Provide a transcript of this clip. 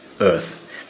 earth